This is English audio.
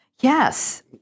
Yes